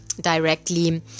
directly